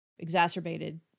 exacerbated